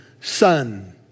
son